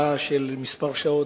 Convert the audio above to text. בהתרעה של כמה שעות.